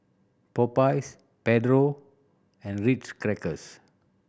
Popeyes Pedro and Ritz Crackers